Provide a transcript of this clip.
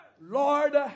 Lord